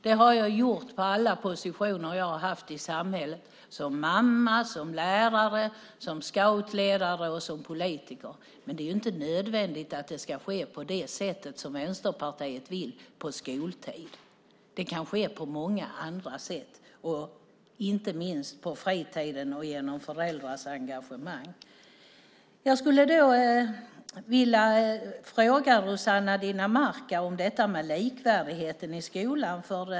Det har jag gjort i alla de positioner jag haft i samhället - som mamma, lärare, scoutledare och politiker - men det är inte nödvändigt att det sker på det sätt som Vänsterpartiet vill, det vill säga på skoltid. Det kan ske på många andra sätt, inte minst på fritiden och genom föräldrars engagemang. Jag skulle vilja fråga Rossana Dinamarca om likvärdigheten i skolan.